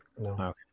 no